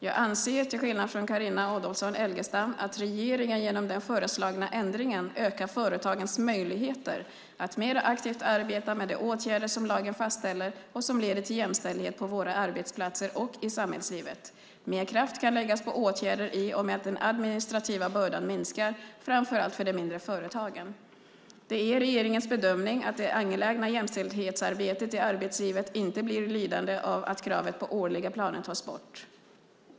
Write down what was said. Jag anser, till skillnad från Carina Adolfsson Elgestam, att regeringen genom den föreslagna ändringen ökar företagens möjligheter att mer aktivt arbeta med de åtgärder som lagen fastställer och som leder till jämställdhet på våra arbetsplatser och i samhället. Mer kraft kan läggas på åtgärder i och med att den administrativa bördan minskar, framför allt för de mindre företagen. Det är regeringens bedömning att det angelägna jämställdhetsarbetet i arbetslivet inte blir lidande av att kravet på årliga planer tas bort.